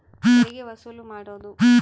ತೆರಿಗೆ ವಸೂಲು ಮಾಡೋದು